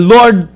Lord